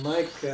Mike